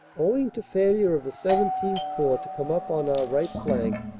owing to failure of the xvii corps to come up on our right flank,